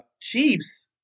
Chiefs